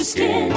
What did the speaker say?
Skin